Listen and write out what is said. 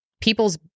people's